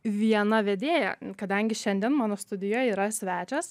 viena vedėja kadangi šiandien mano studijoj yra svečias